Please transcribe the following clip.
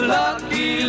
lucky